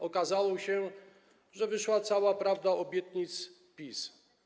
Okazało się, że wyszła cała prawda obietnic PiS.